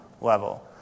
level